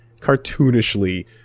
cartoonishly